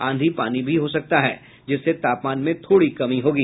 आंधी पानी भी हो सकता है जिससे तापमान में थोड़ी कमी होगी